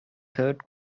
third